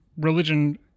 religion